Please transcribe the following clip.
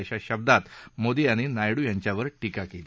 अशा शब्दात मोदी यांनी नायडू यांच्यावर रीका केली